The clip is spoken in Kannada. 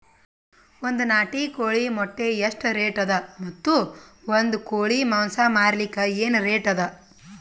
ಒಂದ್ ನಾಟಿ ಕೋಳಿ ಮೊಟ್ಟೆ ಎಷ್ಟ ರೇಟ್ ಅದ ಮತ್ತು ಒಂದ್ ಕೋಳಿ ಮಾಂಸ ಮಾರಲಿಕ ಏನ ರೇಟ್ ಅದ?